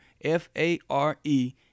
F-A-R-E